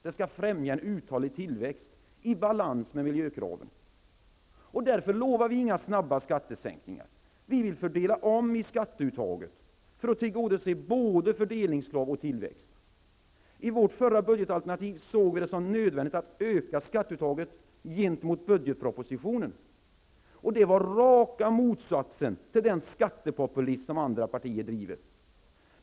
Det skall främja en uthållig tillväxt, i balans med miljökraven. Därför lovar vi inga snabba skattesänkningar. Vi vill fördela om i skatteuttaget för att tillgodose både fördelningskrav och tillväxtkrav. I vårt förra budgetalternativ såg vi det som nödvändigt att öka skatteuttaget gentemot budgetpropositionen. Det var raka motsatsen till den skattepopulism som andra partier driver.